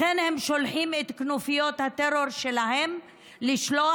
לכן הם שולחים את כנופיות הטרור שלהם להלך